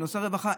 בנושא הרווחה,